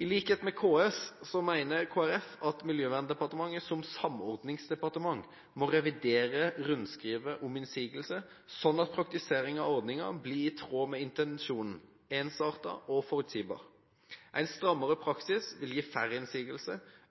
I likhet med KS mener Kristelig Folkeparti at Miljøverndepartementet som samordningsdepartement må revidere rundskrivet om innsigelser slik at praktiseringen av ordningen blir i tråd med intensjonen: ensartet og forutsigbar. En strammere praksis vil gi færre